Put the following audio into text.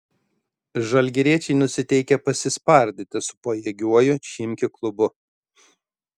žalgiriečiai nusiteikę pasispardyti su pajėgiuoju chimki klubu